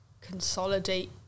consolidate